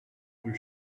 rue